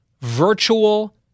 Virtual